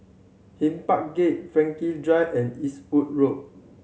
Hyde Park Gate Drive and Eastwood Road